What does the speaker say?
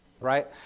right